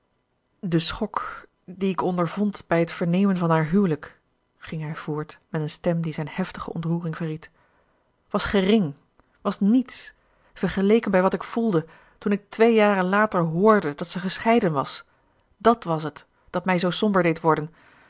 de schok dien ik ondervond bij het vernemen van haar huwelijk ging hij voort met een stem die zijn heftige ontroering verried was gering was niets vergeleken bij wat ik voelde toen ik twee jaren later hoorde dat zij gescheiden was dàt was het dat mij zoo somber deed worden zelfs